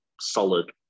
solid